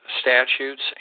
statutes